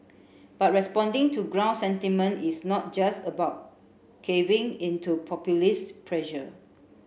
but responding to ground sentiment is not just about caving into populist pressure